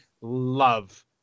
love